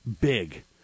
big